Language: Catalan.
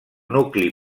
nucli